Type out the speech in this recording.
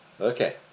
Okay